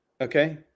okay